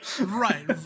Right